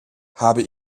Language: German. habe